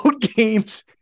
games